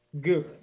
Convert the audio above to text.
good